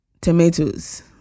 tomatoes